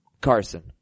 Carson